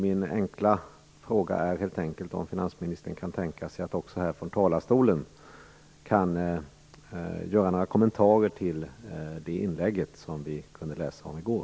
Min fråga är helt enkelt om finansministern kan tänka sig att också här från talarstolen göra några kommentarer till det inlägg som vi kunde läsa i går.